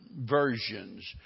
versions